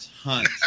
Hunt